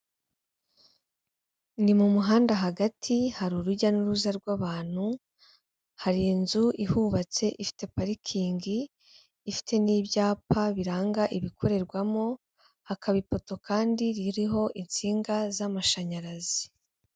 Ni mu muhanda hagati hari urujya n'uruza rw'abantu, hari inzu ihubatse ifite parikingi, ifite n'ibyapa biranga ibikorerwamo, hakaba ipoto kandi ririho insinga z'amashanyarazi.